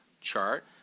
chart